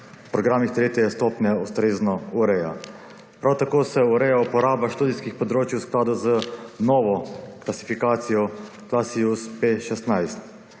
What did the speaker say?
programih tretje stopnje ustrezno ureja. Prav tako se ureja uporaba študijskih področij v skladu z novo klasifikacijo Klasius P-16.